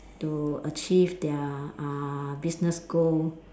to achieve their uh business goal